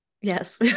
Yes